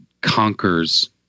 conquers